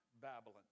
Babylon